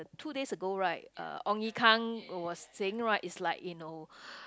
two days ago right uh Ong Yi Kang was saying right it's like you know